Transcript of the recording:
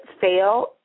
fail